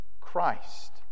Christ